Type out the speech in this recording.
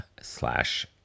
slash